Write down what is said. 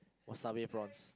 wasabi prawns